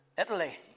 Italy